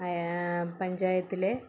ആ പഞ്ചായത്തിലെ